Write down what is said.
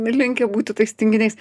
linkę būti tais tinginiais